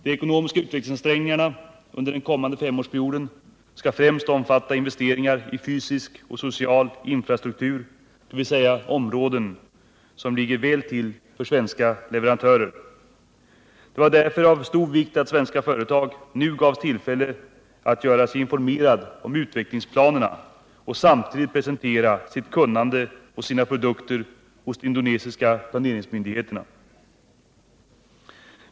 De ekonomiska utvecklingsansträngningarna under den kommande femårsperioden skall främst omfatta investeringar i fysisk och social infrastruktur, dvs. områden som ligger väl till för svenska leverantörer. Det var därför av stor vikt att svenska företag nu gavs tillfälle att göra sig informerade om utvecklingsplanerna och samtidigt presentera sitt kunnande och sina produkter hos de indonesiska planeringsmyndigheterna.